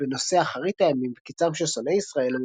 בנושאי אחרית הימים וקיצם של שונאי ישראל,